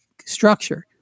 structure